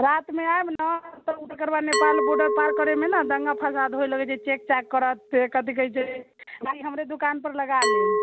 रातिमे आयम ने तऽ बाद नेपाल बोर्डर पार करैमे दङ्गा फसाद हुअ लागैत छै चेक चाक करत कथी कहैत छै गाड़ी हमरे दुकान पर लगा लेम